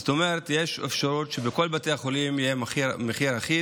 זאת אומרת שיש אפשרות שבכל בתי החולים יהיה מחיר אחיד,